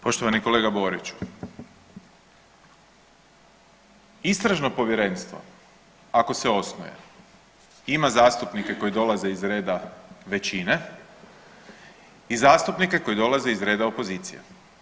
Poštovani kolega Boriću, istražno povjerenstvo ako se osnuje ima zastupnike koji dolaze iz reda većine i zastupnike koji dolaze iz reda opozicije.